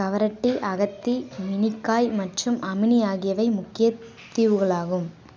கவரட்டி அகத்தி மினிக்காய் மற்றும் அமினி ஆகியவை முக்கிய தீவுகளாகும்